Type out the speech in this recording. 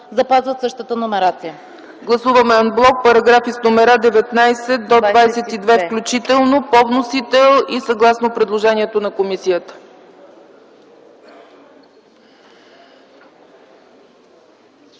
запазват същата номерация.